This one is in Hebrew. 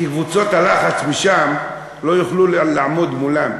כי קבוצות הלחץ משם, לא יוכלו לעמוד מולן.